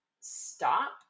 stop